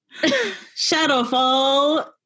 Shadowfall